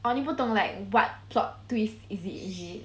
oh 你不懂 like what plot twist is it is it